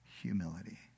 humility